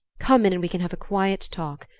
come in and we can have a quiet talk.